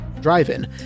Drive-In